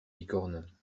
bicorne